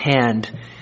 hand